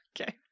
Okay